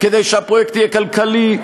כדי שהפרויקט יהיה כלכלי,